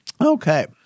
Okay